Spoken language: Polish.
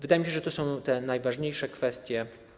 Wydaje mi się, że to są te najważniejsze kwestie.